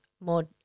more